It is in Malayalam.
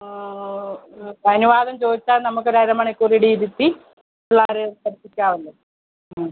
ആ ആ ഓഹ് അനുവാദം ചോദിച്ചാൽ നമുക്കൊരു അര മണിക്കൂറുകൂടെ ഇരുത്തി പിള്ളേരെയൊക്കെ പഠിപ്പിക്കാമല്ലോ ആ